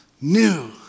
new